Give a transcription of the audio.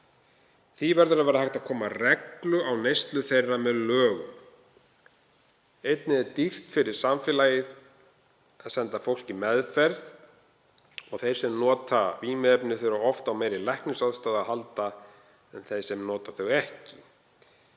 Því verður að vera hægt að koma reglu á neyslu þeirra með lögum. Einnig er dýrt fyrir samfélagið að senda fólk í meðferð og þeir sem nota vímuefni þurfa oft á meiri læknisaðstoð að halda en þeir sem nota þau ekki.